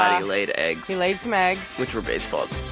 but he laid eggs he laid some eggs which were baseballs